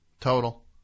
Total